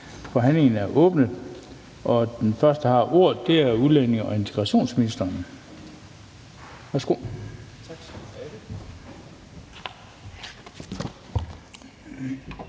Forhandlingen er åbnet. Den første, der har ordet, er udlændinge- og integrationsministeren.